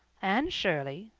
anne shirley,